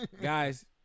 Guys